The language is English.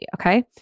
Okay